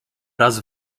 raz